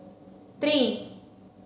three